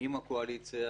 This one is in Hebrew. עם הקואליציה,